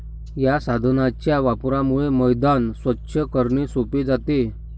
या साधनाच्या वापरामुळे मैदान स्वच्छ करणे सोपे जाते